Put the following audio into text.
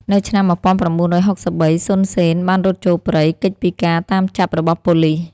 នៅឆ្នាំ១៩៦៣ សុន សេន បានរត់ចូលព្រៃ គេចពីការតាមចាប់របស់ប៉ូលីស។